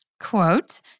Quote